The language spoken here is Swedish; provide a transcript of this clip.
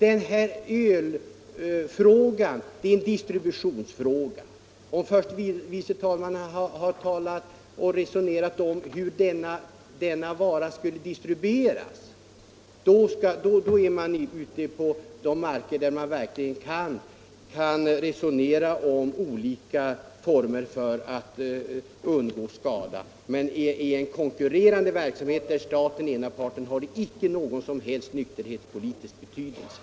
Ölfrågan är en distributionsfråga. Om förste vice talmannen resonerade om hur denna vara lämpligen skall distribueras, vore detta ett område där man verkligen kan diskutera olika former för att undgå skada. Men att staten är ena parten på en konkurrerande marknad har inte någon som helst nykterhetspolitisk betydelse.